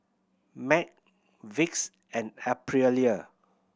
MAG Vicks and Aprilia